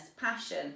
passion